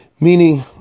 Meaning